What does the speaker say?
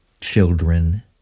children